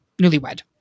Newlywed